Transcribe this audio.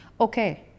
Okay